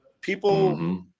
people